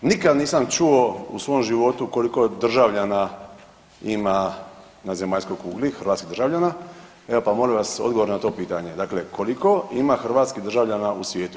Nikad nisam čuo u svom životu koliko državljana ima na zemaljskoj kugli, hrvatskih državljana, evo pa molim vas odgovor na to pitanje, dakle koliko ima hrvatskih državljana u svijetu.